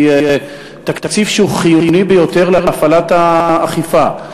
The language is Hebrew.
היא תקציב שהוא חיוני ביותר להפעלת האכיפה.